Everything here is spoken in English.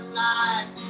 life